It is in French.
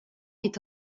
est